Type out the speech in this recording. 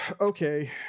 Okay